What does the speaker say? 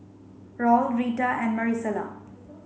Raul Rita and Marisela